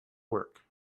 work